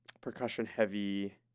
percussion-heavy